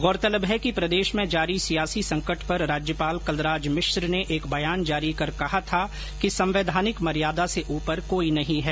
गौरतलब है कि प्रदेश में जारी सियासी संकट पर राज्यपाल कलराज मिश्र ने एक बयान जारी कर कहा था कि संवैधानिक मर्यादा से ऊपर कोई नहीं है